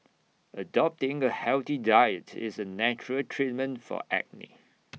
adopting A healthy diets is A natural treatment for acne